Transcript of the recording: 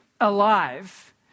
alive